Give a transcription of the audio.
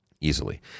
easily